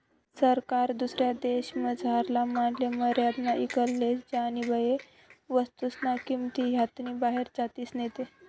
सरकार दुसरा देशमझारला मालले मर्यादामा ईकत लेस ज्यानीबये वस्तूस्न्या किंमती हातनी बाहेर जातीस नैत